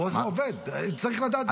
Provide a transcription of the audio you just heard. הוא עובד, צריך גם לפרגן.